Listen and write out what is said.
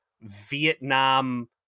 vietnam